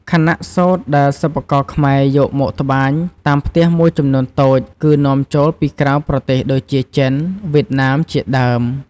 ខណៈសូត្រដែលសិប្បករខ្មែរយកមកត្បាញ តាមផ្ទះមួយចំនួនតូច គឺនាំចូលពីក្រៅប្រទេសដូចជាចិន វៀតណាម ជាដើម។